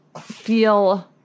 feel